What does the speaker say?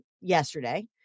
yesterday